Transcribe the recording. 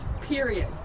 period